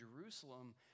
Jerusalem